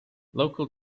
local